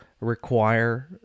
require